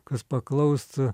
kas paklaustų